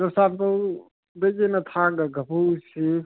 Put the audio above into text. ꯆꯨꯔꯆꯥꯟꯄꯨꯔꯗꯒꯤꯅ ꯊꯥꯡꯒ ꯒꯐꯥꯎꯁꯤ